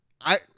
I-